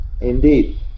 Indeed